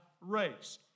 race